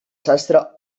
sastre